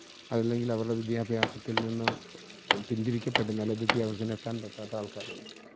അതല്ലെങ്കിൽ അവരുടെ വിദ്യാഭ്യാസത്തില് നിന്ന് പിന്തിരിക്കപ്പെടുന്ന അല്ലേല് വിദ്യാഭ്യാസത്തിന് എത്താന് പറ്റാത്ത ആള്ക്കാരുണ്ട്